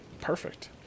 perfect